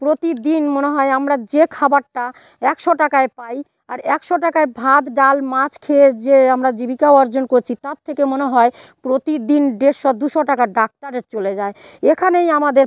প্রতিদিন মনে হয় আমরা যে খাবারটা একশো টাকায় পাই আর একশো টাকায় ভাত ডাল মাছ খেয়ে যে আমরা জীবিকা অর্জন করছি তার থেকে মনে হয় প্রতিদিন ডেরশো দুশো টাকার ডাক্তারের চলে যায় এখানেই আমাদের